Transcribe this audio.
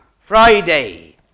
Friday